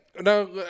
no